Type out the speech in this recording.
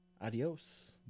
adios